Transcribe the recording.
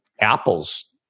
Apple's